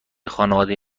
خانواده